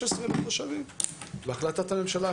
אולי יוסיפו ואז זה משנה את כמות הערים האופציונאליות.